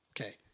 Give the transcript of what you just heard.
Okay